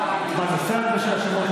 בנושא הזה של השמות,